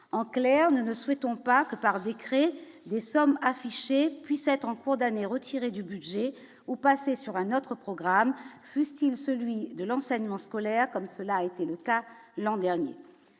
en clair, nous ne souhaitons pas que par décret des sommes affichées, puis être en cours d'année retirés du budget au passé sur un autre programme plus Style, celui de l'enseignement scolaire, comme cela était le cas l'an dernier